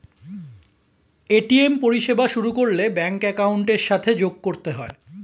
ATM পরিষেবা শুরু করলে ব্যাঙ্ক অ্যাকাউন্টের সাথে যোগ করতে হয়